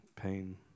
pain